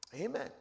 amen